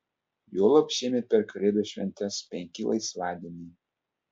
juolab šiemet per kalėdų šventes penki laisvadieniai